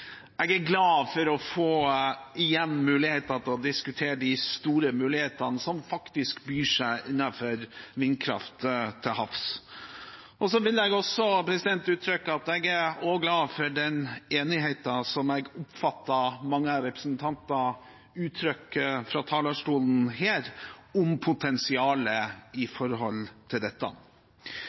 Jeg er glad for igjen å kunne diskutere de store mulighetene som finnes innen vindkraft til havs. Så vil jeg også uttrykke at jeg er glad for den enigheten som jeg oppfatter at mange representanter uttrykker fra talerstolen, om potensialet her. Jeg kunngjorde i